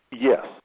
Yes